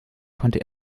konnte